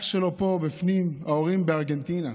אח שלו פה בפנים, ההורים בארגנטינה.